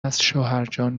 ازشوهرجان